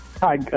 Hi